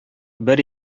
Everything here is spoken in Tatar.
бер